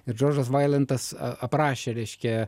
ir džordžas vailentas aprašė reiškia